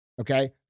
okay